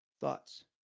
thoughts